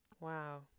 wow